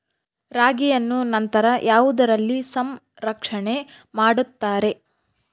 ರಾಗಿಯನ್ನು ನಂತರ ಯಾವುದರಲ್ಲಿ ಸಂರಕ್ಷಣೆ ಮಾಡುತ್ತಾರೆ?